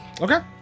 Okay